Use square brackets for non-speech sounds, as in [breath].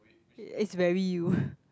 it's very you [breath]